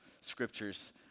scriptures